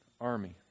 army